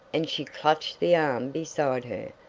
and she clutched the arm beside her,